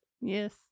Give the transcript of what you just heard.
Yes